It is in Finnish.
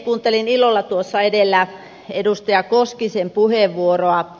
kuuntelin ilolla tuossa edellä edustaja koskisen puheenvuoroa